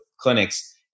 clinics